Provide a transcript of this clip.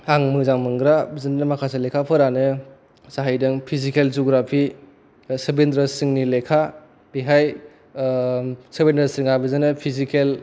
आं मोजां मोनग्रा बिदिनो माखासे लेखाफोरानो जाहैदों पिजिकेल जुग्रापि सबेनद्रसिंनि लेखा बेहाय सबेनद्रसिंआ बिदिनो पिजिकेल